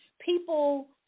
people